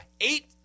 eight